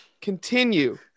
continue